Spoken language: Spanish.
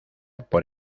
por